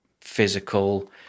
physical